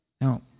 Now